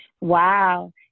Wow